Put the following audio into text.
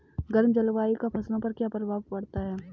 गर्म जलवायु का फसलों पर क्या प्रभाव पड़ता है?